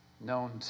known